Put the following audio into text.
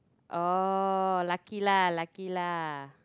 oh lucky lah lucky lah